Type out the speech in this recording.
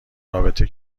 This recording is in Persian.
رابطه